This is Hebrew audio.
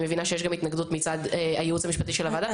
אבל אני מבינה שיש לגבי זה התנגדות מצד הייעוץ המשפטי של הוועדה.